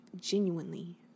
genuinely